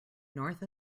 north